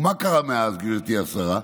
ומה קרה מאז, גברתי השרה?